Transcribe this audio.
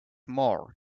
more